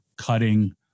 cutting